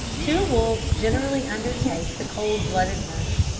two wolves generally undertake the cold-blooded murder.